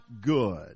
good